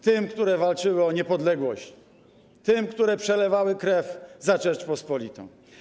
Tym, które walczyły o niepodległość, tym, które przelewały krew za Rzeczpospolitą.